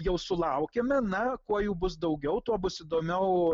jau sulaukiame na kuo jų bus daugiau tuo bus įdomiau